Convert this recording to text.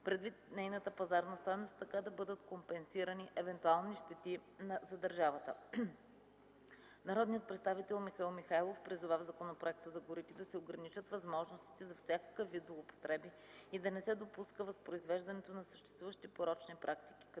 предвид нейната пазарна стойност и така да бъдат компенсирани евентуални щети за държавата. Народният представител Михаил Михайлов призова в Законопроекта за горите да се ограничат възможностите за всякакъв вид злоупотреби и да не се допуска възпроизвеждането на съществуващи порочни практики